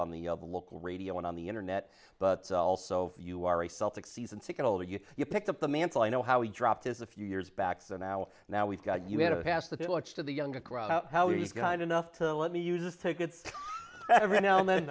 of the local radio and on the internet but also you are a celtics season ticket holder you you picked up the mantle i know how he dropped his a few years back so now now we've got you had a past that it looks to the younger crowd how he's got enough to let me use this take every now and then